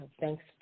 thanks